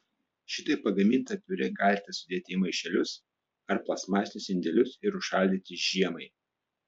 šitaip pagamintą piurė galite sudėti į maišelius ar plastmasinius indelius ir užšaldyti žiemai